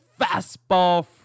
Fastball